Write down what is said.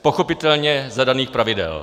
Pochopitelně za daných pravidel.